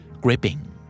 gripping